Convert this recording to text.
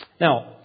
Now